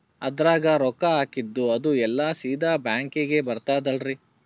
ಅದ್ರಗ ರೊಕ್ಕ ಹಾಕಿದ್ದು ಅದು ಎಲ್ಲಾ ಸೀದಾ ಬ್ಯಾಂಕಿಗಿ ಬರ್ತದಲ್ರಿ?